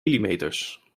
millimeters